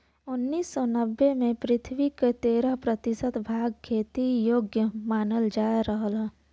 उन्नीस सौ नब्बे में पृथ्वी क तेरह प्रतिशत भाग खेती योग्य मानल जात रहल